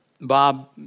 Bob